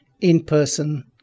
in-person